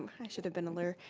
i should have been aware.